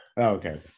Okay